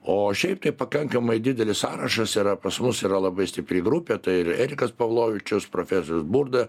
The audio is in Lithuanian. o šiaip tai pakankamai didelis sąrašas yra pas mus yra labai stipri grupė tai ir erikas pavlovičius profesorius burda